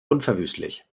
unverwüstlich